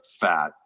fat